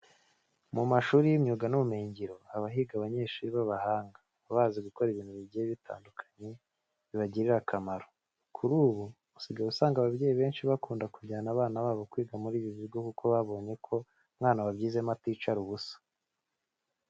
Mu mashuri y'imyuga n'ubumenyingiro haba higa abanyeshuri b'abahanga baba bazi gukora ibintu bigiye bitandukanye bibagirira akamaro. Kuri ubu usigaye usanga ababyeyi benshi bakunda kujyana abana babo kwiga muri ibi bigo kuko babonye ko umwana wabyizemo aticara ubusa.